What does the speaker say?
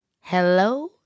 hello